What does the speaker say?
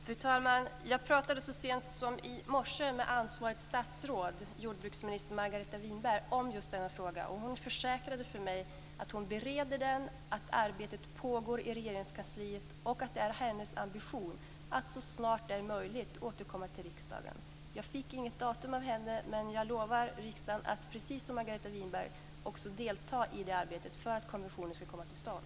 Fru talman! Jag talade så sent som i morse med ansvarigt statsråd, jordbruksminister Margareta Winberg, om just denna fråga. Hon försäkrade för mig att hon bereder den, att arbetet pågår i Regeringskansliet och att det är hennes ambition att så snart det är möjligt återkomma till riksdagen. Jag fick inget datum av henne. Men jag lovar riksdagen att precis som Margareta Winberg delta i arbetet för att en proposition om konventionen ska komma till stånd.